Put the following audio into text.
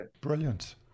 Brilliant